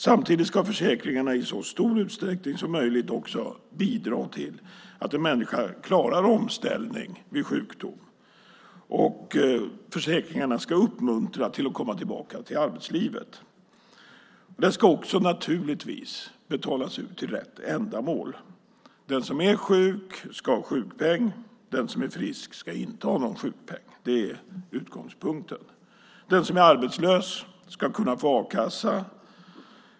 Samtidigt ska försäkringarna i så stor utsträckning som möjligt också bidra till att en människa klarar av en omställning vid sjukdom. Försäkringarna ska uppmuntra till att komma tillbaka till arbetslivet. De ska naturligtvis också betalas ut till rätt ändamål. Den som är sjuk ska ha sjukpeng. Den som är frisk ska inte ha någon sjukpeng. Det är utgångspunkten. Den som är arbetslös ska kunna få a-kassa.